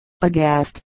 aghast